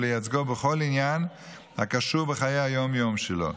ולייצגו בכל עניין הקשור בחיי היום-יום שלו,